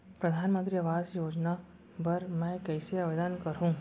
परधानमंतरी आवास योजना बर मैं कइसे आवेदन करहूँ?